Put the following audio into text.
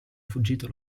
fuggito